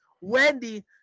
Wendy